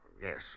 yes